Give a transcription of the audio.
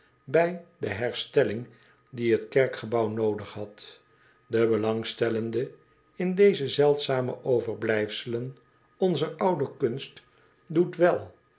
bij de herstelling die het kerkgebouw noodig had de belangstellende in deze zeldzame overblijfselen onzer oude kunst doet wel